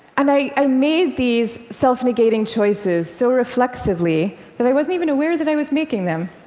and i i made these self negating choices so reflexively that i wasn't even aware that i was making them.